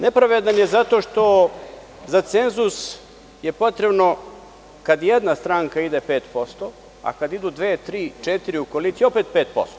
Nepravedan je zato što za cenzus je potrebno, kad jedna stranka ide 5%, a kada idu dve, tri, četiri u koaliciju opet 5%